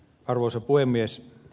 arvoisa puhemies